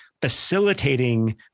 facilitating